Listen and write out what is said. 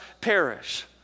perish